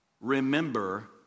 remember